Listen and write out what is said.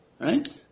Right